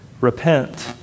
Repent